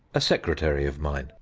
a secretary of mine,